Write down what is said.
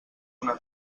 una